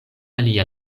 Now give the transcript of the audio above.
alia